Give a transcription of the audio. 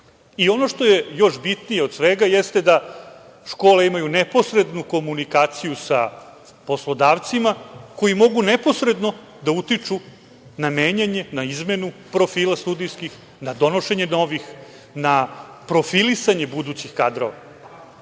što je još bitnije od svega jeste da škole imaju neposrednu komunikaciju sa poslodavcima, koji mogu neposredno da utiču na menjanje, na izmenu studijskih profila, na donošenje novih, na profilisanje budućih kadrova.